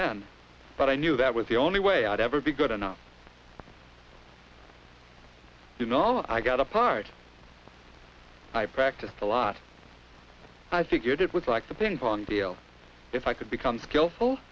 then but i knew that was the only way i'd ever be good enough you know i got a parts i practise to lots i figured it was like a ping pong deal if i could become skillful